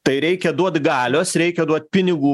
tai reikia duot galios reikia duot pinigų